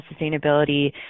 sustainability